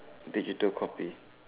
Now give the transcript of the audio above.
digital copy